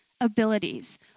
abilities